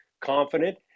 confident